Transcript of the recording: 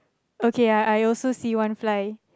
okay I I also see one fly